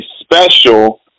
special